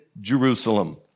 Jerusalem